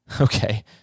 Okay